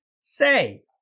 Say